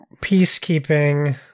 peacekeeping